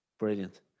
Brilliant